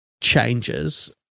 changes